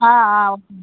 ஆ ஆ okay ma'am